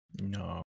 no